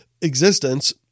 existence